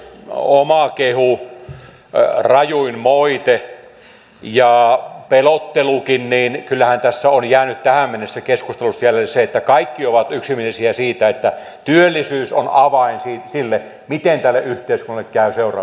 kun karsitaan pois omakehu rajuin moite ja pelottelukin niin kyllähän tässä on jäänyt tähän mennessä keskustelusta jäljelle se että kaikki ovat yksimielisiä siitä että työllisyys on avain sille miten tälle yhteiskunnalle käy seuraavien vuosien aikana